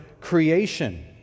creation